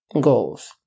goals